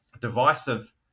divisive